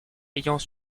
ayant